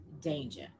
danger